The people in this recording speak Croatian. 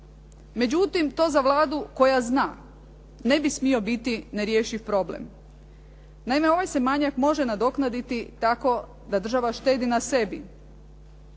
Međutim, to za Vladu koja zna ne bi smio biti nerješiv problem. Naime, ovaj se manjak može nadoknaditi tako da država štedi na sebi.